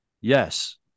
Yes